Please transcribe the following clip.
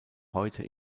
heute